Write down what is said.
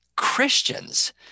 christians